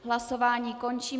Hlasování končím.